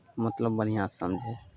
मतलब बढ़िआँ समझै हइ